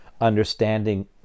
understanding